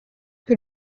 que